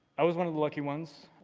i was one of the lucky ones.